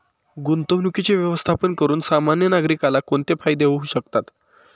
गुंतवणुकीचे व्यवस्थापन करून सामान्य नागरिकाला कोणते फायदे होऊ शकतात?